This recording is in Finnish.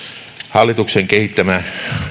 hallituksen kehittämä